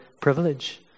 privilege